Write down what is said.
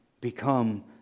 become